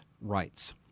rights